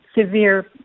severe